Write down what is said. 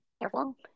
Careful